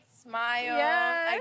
Smile